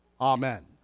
Amen